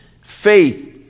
faith